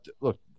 look